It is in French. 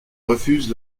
refusent